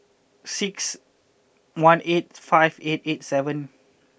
six one eight five eight eight seven